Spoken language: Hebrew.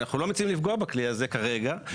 אנחנו לא מציעים לפגוע בכלי הזה, כרגע.